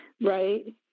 Right